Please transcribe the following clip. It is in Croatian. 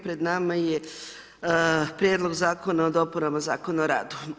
Pred nama je Prijedlog Zakona o dopuna Zakona o radu.